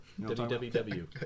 WWW